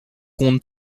compte